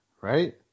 right